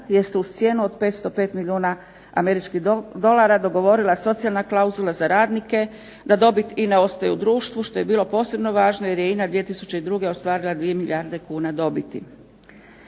jer su uz cijenu 505 milijun američkih dolara dogovorila socijalna klauzula za radnike, da dobit INA-e ostaje u društvu što je bilo posebno važno jer je INA 2002. ostvarila 2 milijarde kuna dobiti.